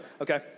okay